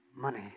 Money